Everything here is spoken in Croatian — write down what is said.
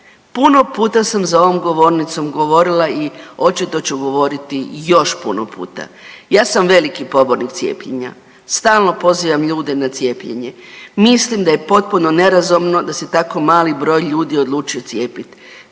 puno puta sam za ovom govornicom govorila i očito ću govoriti još puno puta. Ja sam veliki pobornik cijepljenja, stalno pozivam ljude na cijepljenje. Mislim da je potpuno nerazumno da se tako mali broj ljudi odlučio cijepit.